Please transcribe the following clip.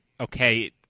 okay